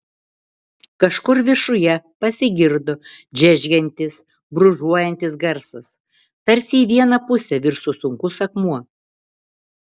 kažkur viršuje pasigirdo džeržgiantis brūžuojantis garsas tarsi į vieną pusę virstų sunkus akmuo